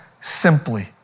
simply